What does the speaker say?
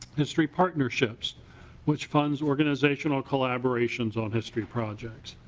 history partnerships which funds organizational collaborations on history projects.